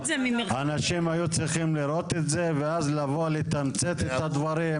אנשים היו צריכים לראות את זה ואז לבוא לתמצת את הדברים.